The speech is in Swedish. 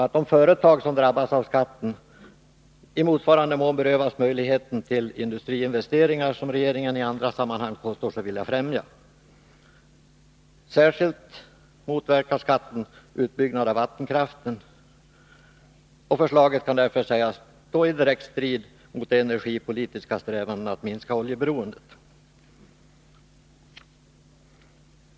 De företag som drabbas av skatten berövas i motsvarande mån möjligheterna till sådana industriinvesteringar som regeringen i andra sammanhang påstår sig vilja främja. Skatten motverkar särskilt utbyggnaden av vattenkraften, och förslaget kan därför sägas stå i direkt strid mot de energipolitiska strävandena att minska oljeberoendet.